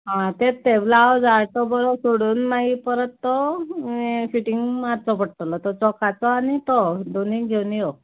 आं तेंच तें ब्लावज हाड टो बरो सोडून मागीर परत तो यें फिटींग मारचो पडटलो तो जॉकाचो आनी तो दोनूय घेवन यो